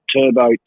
Turbo